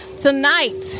tonight